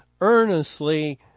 earnestly